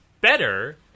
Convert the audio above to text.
better